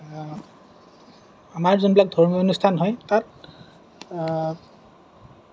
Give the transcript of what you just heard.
আমাৰ যোনবিলাক ধৰ্মীয় অনুষ্ঠান হয় তাত